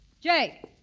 Jake